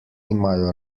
imajo